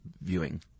viewing